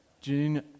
June